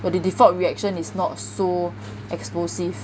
我的 default reaction is not so explosive